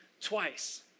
twice